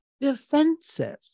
defensive